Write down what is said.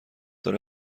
داره